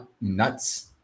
nuts